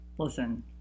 Listen